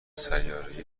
سیارهای